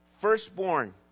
firstborn